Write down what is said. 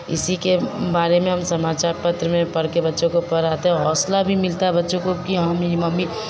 इसी के बारे में हम समाचार पत्र में पढ़कर बच्चों को पढ़ाते हैं हौसला भी मिलता है बच्चों को कि हाँ मेरी मम्मी